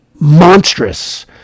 monstrous